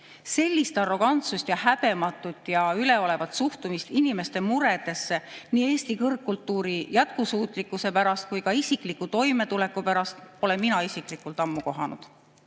Sellist arrogantsust ja häbematut ja üleolevat suhtumist inimeste muredesse nii Eesti kõrgkultuuri jätkusuutlikkuse pärast kui ka isikliku toimetuleku pärast pole mina isiklikult ammu kohanud.